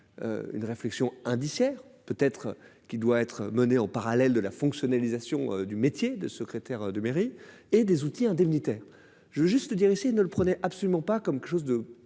Une réflexion indiciaire peut être qui doit être menée en parallèle de la fonctionner les actions du métier de secrétaire de mairie et des outils indemnitaire je veux juste dire essayer ne le prenait absolument pas comme quelque chose de